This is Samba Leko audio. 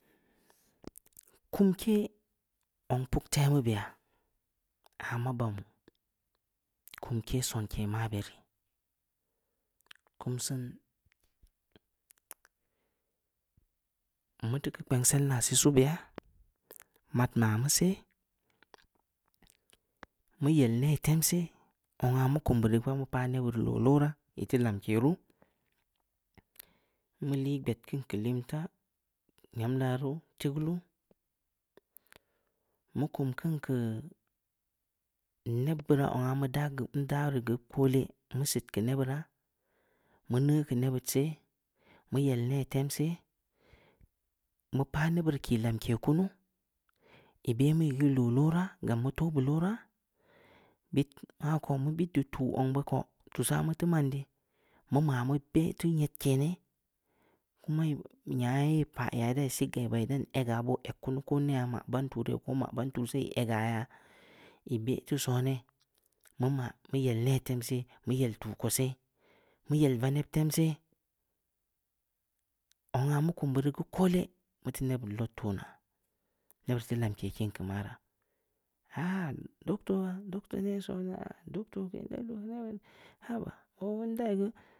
kumke zong puktemu beya, aah maa ban kumke sonke mabe rii, kumsin mu teu keu kpensel na siisi beya, mad mamu seh, mu yel neh tem seh, zong ah mu kum buri pad mu pa nebbud ii looloraa, ii teu lamke ru, mu lii gbed kin keu limtaa, nyam laruu, tigeulu, mu kum keu nebbura zong ah mu da buri keun kole, mu sit keu neburaa, mu neu keu nebbud she, mu yel neh tem seh, mu pah nebbud ii ki lamke kunu, ii beh mui geu ii looloraa, gam mu tooh bu looraa, ah ko mu bid tuuh zong bu ko, tuussaa mu teu man dii, mu ma mu beh teu nyedke neih, kuma nya yeh paya da ii sikya ii baa ii dan egya boo eg kunu ko neh aa maa ban tuuh ri nya ko maa ban she, ii ega yaa, ii beh teu soneh, mu maa, mu yel neh tem seh, mu yel tuuh ko seh, mu yel vaneb tem seh, zong ah mu kum buri geu koole, mu teu nebbud lod toonaa, nebbud ii teu lamke kin keu maraa, aah, doctor waa, doctor neh sona, ndai geu.